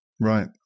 Right